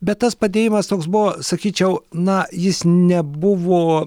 bet tas padėjimas toks buvo sakyčiau na jis nebuvo